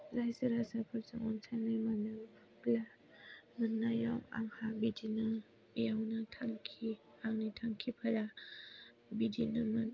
राइजो राजाफोरजों अनसायनाय मोनो बे मोननायाव आंहा बिदिनो बेवनो थांखि आंनि थांखिफोरा बिदिनोमोन